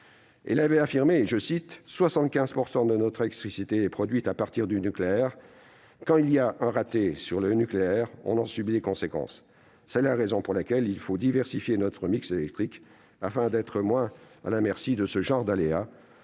Elle avait affirmé que « 75 % de notre électricité est produite à partir du nucléaire », avant d'ajouter :« Quand il y a un raté sur le nucléaire, on en subit les conséquences. C'est la raison pour laquelle il faut diversifier notre mix électrique, afin d'être moins à la merci de ce genre d'aléas